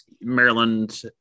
Maryland